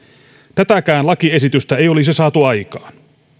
tätäkään lakiesitystä ei olisi saatu aikaan